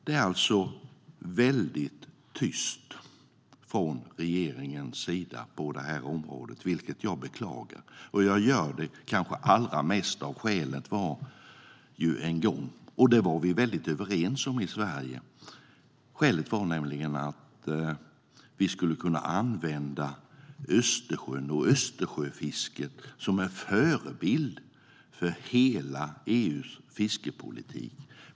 Det är alltså väldigt tyst från regeringen på det området, vilket jag beklagar. Jag gör det kanske allra mest av det skäl som en gång var, och det var vi i Sverige väldigt överens om. Skälet var nämligen att man skulle kunna använda Östersjön och Östersjöfisket som en förebild för hela EU:s fiskeripolitik.